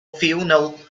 funnel